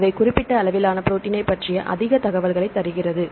இவை குறிப்பிட்ட அளவிலான ப்ரோடீன்னைப் பற்றிய அதிக தகவல்களைத் தருகிறது